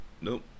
Nope